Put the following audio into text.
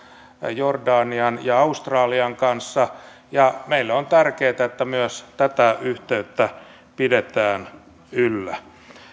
jordanian ja australian kanssa ja meille on tärkeätä että myös tätä yhteyttä pidetään yllä